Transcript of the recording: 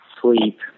sleep